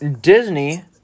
Disney